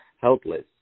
helpless